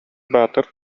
баатыр